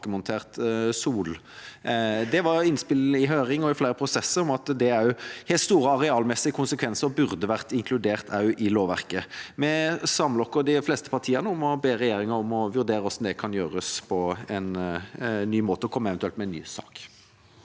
Det var innspill i høring og i flere prosesser om at dette har store arealmessige konsekvenser og burde vært inkludert i lovverket. De fleste partiene samler seg om å be regjeringa vurdere hvordan dette kan gjøres på en ny måte, og eventuelt komme med en ny sak.